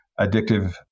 addictive